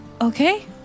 Okay